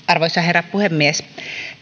arvoisa herra puhemies